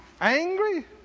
angry